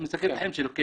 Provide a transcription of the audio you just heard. ומסכן את חייו.